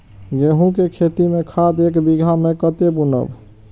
गेंहू के खेती में खाद ऐक बीघा में कते बुनब?